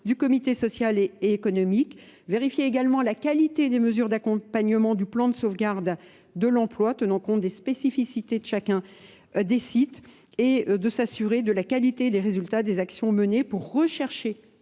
du comité social et économique, vérifier également la qualité des mesures d'accompagnement du plan de sauvegarde de l'emploi, tenant compte des spécificités de chacun. des sites et de s'assurer de la qualité des résultats des actions menées pour rechercher